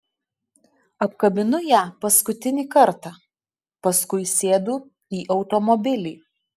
apkabinu ją paskutinį kartą paskui sėdu į automobilį